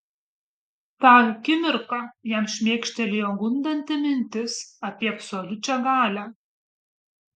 tą akimirką jam šmėkštelėjo gundanti mintis apie absoliučią galią